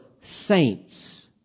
saints